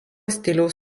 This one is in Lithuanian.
stiliaus